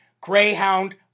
Greyhound